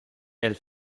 elle